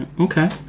Okay